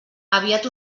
aviat